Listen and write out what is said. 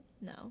no